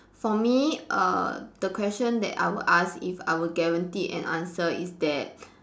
for me err the question that I would ask if I were guaranteed an answer is that